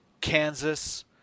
kansas